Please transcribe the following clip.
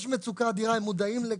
יש מצוקה אדירה, הם מודעים לכך.